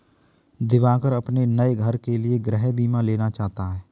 दिवाकर अपने नए घर के लिए गृह बीमा लेना चाहता है